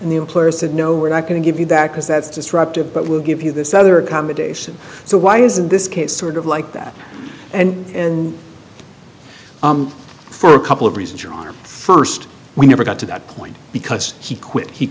said no we're not going to give you that because that's disruptive but we'll give you this other accommodation so why isn't this case sort of like that and in the for a couple of reasons john first we never got to that point because he quit he